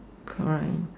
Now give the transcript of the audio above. cry